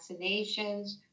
vaccinations